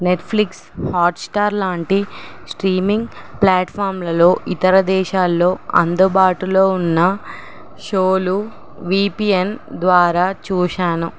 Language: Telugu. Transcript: నెట్ఫ్లిక్స్ హాట్స్టార్ లాంటి స్ట్రీమింగ్ ప్లాట్ఫామ్లలో ఇతర దేశాల్లో అందుబాటులో ఉన్న షోలు విపిఎన్ ద్వారా చూసాను